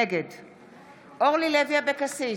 נגד אורלי לוי אבקסיס,